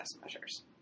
measures